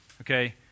Okay